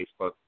Facebook